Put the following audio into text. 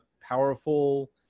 powerful